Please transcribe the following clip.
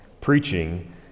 preaching